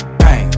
bang